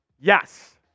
Yes